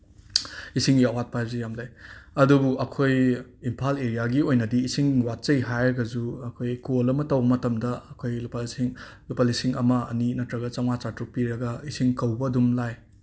ꯏꯁꯤꯡꯒꯤ ꯑꯋꯥꯠꯄ ꯍꯥꯏꯕꯁꯤ ꯌꯥꯝ ꯂꯩ ꯑꯗꯨꯕꯨ ꯑꯩꯈꯣꯏ ꯏꯝꯐꯥꯜ ꯑꯦꯔꯤꯌꯥꯒꯤ ꯑꯣꯏꯅꯗꯤ ꯏꯁꯤꯡ ꯋꯥꯠꯆꯩ ꯍꯥꯏꯔꯒꯁꯨ ꯑꯩꯈꯣꯏ ꯀꯣꯜ ꯑꯃ ꯇꯧꯕ ꯃꯇꯝꯗ ꯑꯩꯈꯣꯏ ꯂꯨꯄꯥ ꯂꯤꯁꯤꯡ ꯂꯨꯄꯥ ꯂꯤꯁꯤꯡ ꯑꯃ ꯑꯅꯤ ꯅꯠꯇ꯭ꯔꯒ ꯆꯥꯝꯃꯉꯥ ꯆꯥꯇ꯭ꯔꯨꯛ ꯄꯤꯔꯒ ꯏꯁꯤꯡ ꯀꯧꯕ ꯑꯗꯨꯝ ꯂꯥꯏ